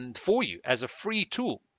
and for you as a free tool